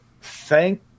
thank